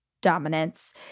dominance